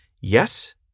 Yes